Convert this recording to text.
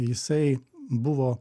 jisai buvo